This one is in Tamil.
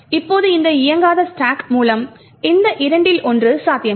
இப்போது இந்த இயங்காத ஸ்டாக் மூலம் இந்த இரண்டில் ஒன்று சாத்தியமில்லை